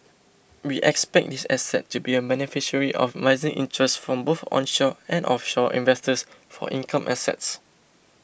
we expect this asset to be a beneficiary of rising interests from both onshore and offshore investors for income assets